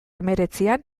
hemeretzian